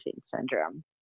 syndrome